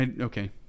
okay